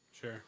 Sure